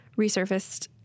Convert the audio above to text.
resurfaced